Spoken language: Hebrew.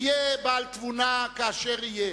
יהיה בעל תבונה כאשר יהיה,